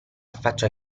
faccia